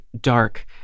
dark